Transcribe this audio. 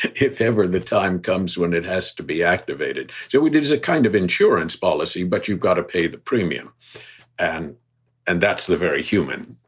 if ever the time comes when it has to be activated. so we did as a kind of insurance policy. but you've got to pay the premium and and that's the very human